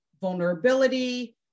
vulnerability